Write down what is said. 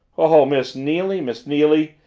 oh, miss neily miss neily!